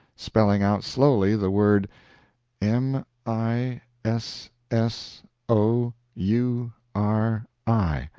spelling out slowly the word m i s s o u r i,